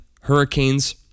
hurricanes